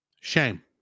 shame